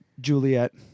Juliet